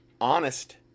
honest